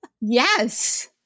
Yes